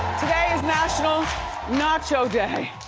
today is national nacho day.